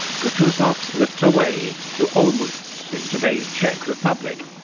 kutuzov slipped away to olmutz, in today's czech republic,